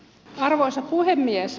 arvoisa puhemies